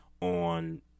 on